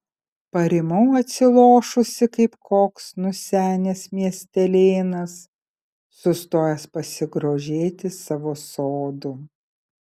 parimau atsilošusi kaip koks nusenęs miestelėnas sustojęs pasigrožėti savo sodu